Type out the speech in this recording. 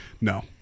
No